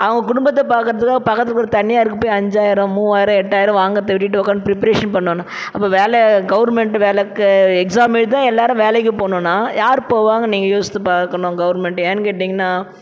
அவங்க குடும்பத்தை பார்க்குறதுக்கே பக்கத்து தனியாக இருக்க போய் அஞ்சாயிரம் மூவாயிரம் எட்டாயிரம் வாங்குறதை விட்டுவிட்டு உட்காந்து ப்ரப்பரேஷன் பண்ணணும் அப்போ வேலை கவர்மெண்ட்டு வேலை எக்ஸாம் எழுதி தான் எல்லாரும் வேலைக்கு போகணுன்னா யார் போவாங்கன்னு நீங்கள் யோசிச்சு பார்க்கணும் கவர்மெண்ட்டு ஏன்னு கேட்டீங்கன்னா